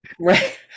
right